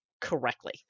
correctly